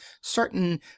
certain